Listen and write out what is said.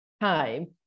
time